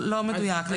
לא מדויק.